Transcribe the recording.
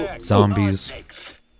zombies